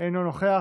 אינו נוכח,